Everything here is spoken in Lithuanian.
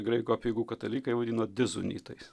graikų apeigų katalikai vadino dezunitais